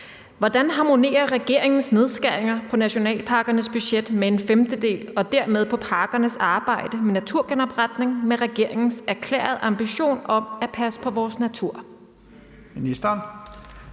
Hvordan harmonerer regeringens nedskæringer på nationalparkernes budget med en femtedel og dermed på parkernes arbejde med naturgenopretning med regeringens erklærede ambition om at passe på vores natur?